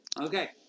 okay